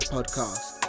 Podcast